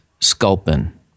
Sculpin